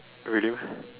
really